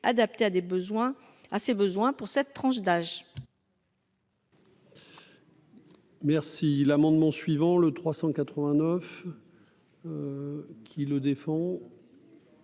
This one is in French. besoins à ses besoins pour cette tranche d'âge.